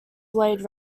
blade